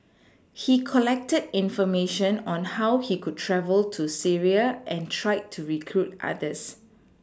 he collected information on how he could travel to Syria and tried to recruit others